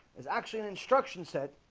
it's actually an instruction set